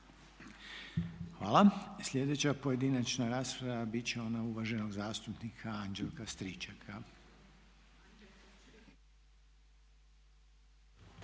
Hvala. Sljedeća pojedinačna rasprava biti će ona uvaženog zastupnika Anđelka Stričaka.